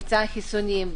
מבצע חיסונים,